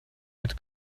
mit